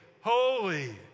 Holy